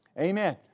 Amen